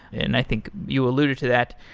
and i think you alluded to that.